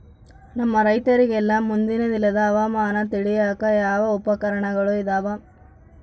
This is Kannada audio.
ನಮ್ಮ ರೈತರಿಗೆಲ್ಲಾ ಮುಂದಿನ ದಿನದ ಹವಾಮಾನ ತಿಳಿಯಾಕ ಯಾವ ಉಪಕರಣಗಳು ಇದಾವ?